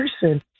person